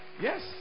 yes